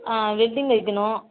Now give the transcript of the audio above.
ஆ welding வைக்கணும்